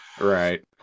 right